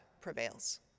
prevails